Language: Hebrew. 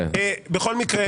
בכל מקרה,